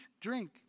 drink